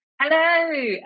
Hello